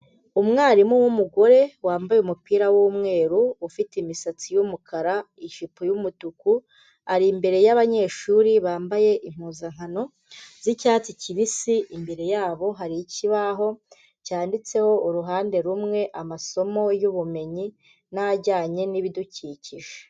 Umwarimu w'umugore wambaye umupira w'umweru ufite imisatsi y'umukara, ijipo y'umutuku, ari imbere y'abanyeshuri bambaye impuzankano z'icyatsi kibisi, imbere yabo hari ikibaho cyanditseho uruhande rumwe amasomo y'ubumenyi n'ajyanye n'ibidukikije.